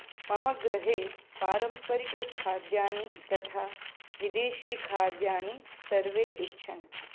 मम गृहे पारम्परिकखाद्यानि तथा विदेशीखाद्यानि सर्वे इच्छन्ति